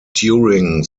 during